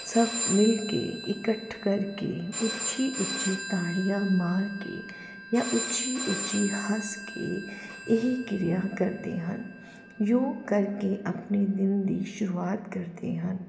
ਸਭ ਮਿਲ ਕੇ ਇਕੱਠ ਕਰਕੇ ਉੱਚੀ ਉੱਚੀ ਤਾੜੀਆਂ ਮਾਰ ਕੇ ਜਾਂ ਉੱਚੀ ਉੱਚੀ ਹੱਸ ਕੇ ਇਹ ਕਿਰਿਆ ਕਰਦੇ ਹਨ ਯੂੰ ਕਰਕੇ ਆਪਣੇ ਦਿਨ ਦੀ ਸ਼ੁਰੂਆਤ ਕਰਦੇ ਹਨ